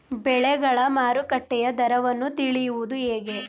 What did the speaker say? ಬೆಳೆಗಳ ಮಾರುಕಟ್ಟೆಯ ದರವನ್ನು ತಿಳಿಯುವುದು ಹೇಗೆ?